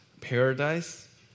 paradise